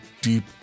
deep